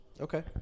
Okay